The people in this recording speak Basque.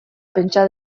pentsa